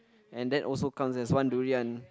and that also counts as one durian